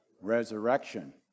Resurrection